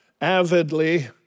avidly